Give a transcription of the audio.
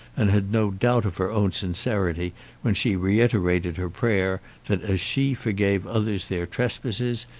and had no doubt of her own sincerity when she reiterated her prayer that as she forgave others their trespasses,